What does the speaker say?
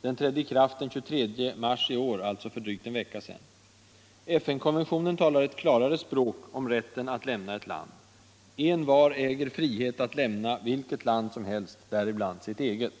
Den trädde i kraft den 23 mars i år — alltså för drygt en vecka sedan. FN-konventionen talar ett klarare språk om rätten att lämna ett land: ”Envar äger frihet att lämna vilket land som helst, däribland sitt eget”.